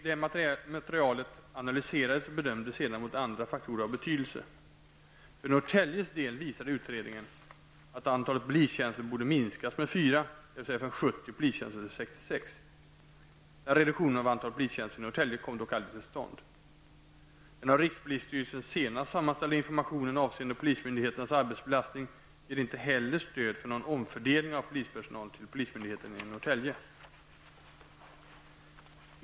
Detta material analyserades och bedömdes sedan mot andra faktorer av betydelse. För Norrtäljes del visade utredningen att antalet polistjänster borde minskas med fyra, dvs. från 70 polistjänster till 66. Den reduktionen av antalet polistjänster i Norrtälje kom dock aldrig till stånd. Den av rikspolisstyrelsen senast sammanställda informationen avseende polismyndigheternas arbetsbelastning ger inte heller stöd för någon omfördelning av polispersonal till polismyndigheten i Norrtälje.